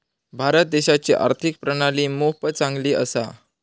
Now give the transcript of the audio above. भारत देशाची आर्थिक प्रणाली मोप चांगली असा